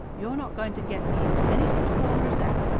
you're not going to get me into any such corner as that.